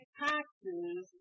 taxes